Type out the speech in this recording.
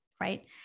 right